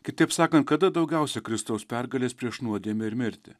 kitaip sakant kada daugiausia kristaus pergalės prieš nuodėmę ir mirtį